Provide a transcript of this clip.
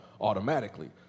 automatically